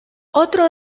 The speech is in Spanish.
otro